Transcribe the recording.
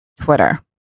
Twitter